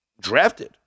drafted